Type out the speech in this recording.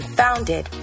founded